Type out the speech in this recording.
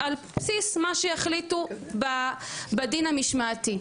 על בסיס מה שיחליטו בדין המשמעתי.